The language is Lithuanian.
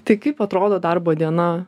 tai kaip atrodo darbo diena